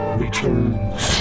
returns